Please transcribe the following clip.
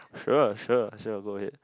sure sure sure go ahead